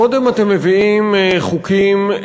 קודם אתם מביאים חוקים,